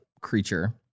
creature